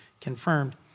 confirmed